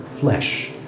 flesh